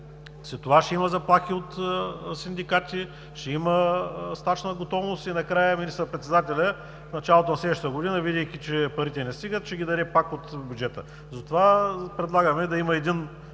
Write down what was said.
след това ще има заплахи от синдикатите, ще има стачна готовност и накрая министър председателят в началото на следващата година, виждайки, че парите не стигат, ще ги даде пак от бюджета. Затова предлагаме да има една